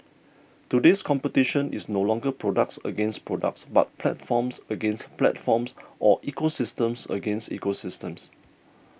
today's competition is no longer products against products but platforms against platforms or ecosystems against ecosystems